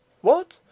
What